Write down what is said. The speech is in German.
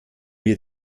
wir